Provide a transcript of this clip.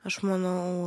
aš manau